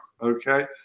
Okay